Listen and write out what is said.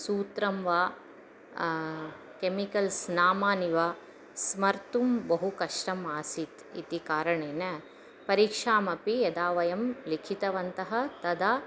सूत्रं वा केमिकल्स् नामानि वा स्मर्तुं बहु कष्टम् आसीत् इति कारणेन परीक्षाम् अपि यदा वयं लिखितवन्तः तदा